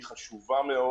היא חשובה מאוד.